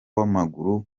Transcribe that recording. w’amaguru